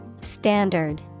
Standard